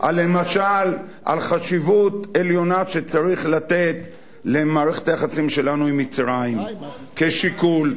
למשל על חשיבות עליונה שצריך לתת למערכת היחסים שלנו עם מצרים כשיקול.